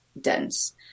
dense